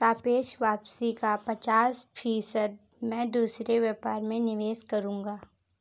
सापेक्ष वापसी का पचास फीसद मैं दूसरे व्यापार में निवेश करूंगा